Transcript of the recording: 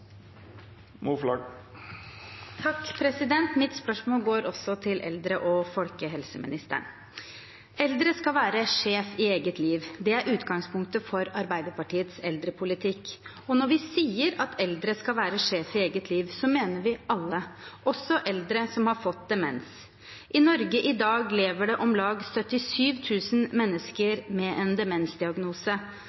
går også til eldre- og folkehelseministeren. Eldre skal være sjef i eget liv. Det er utgangspunktet for Arbeiderpartiets eldrepolitikk. Og når vi sier at eldre skal være sjef i eget liv, mener vi alle, også eldre som har fått demens. I Norge i dag lever det om lag 77 000 mennesker